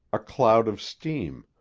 a cloud of steam,